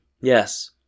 Yes